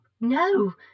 no